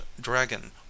dragon